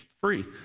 free